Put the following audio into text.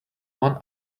one